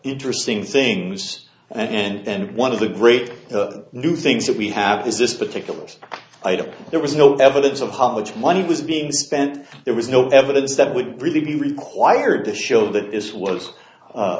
interesting things and one of the great new things that we have this is this particular case there was no evidence of how much money was being spent there was no evidence that would really be required to show that this was